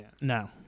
No